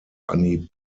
anhieb